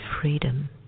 freedom